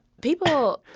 people.